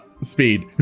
speed